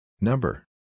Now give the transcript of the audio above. Number